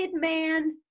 man